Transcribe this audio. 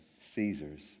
Caesars